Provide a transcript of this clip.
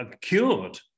cured